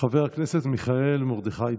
חבר הכנסת מיכאל מרדכי ביטון,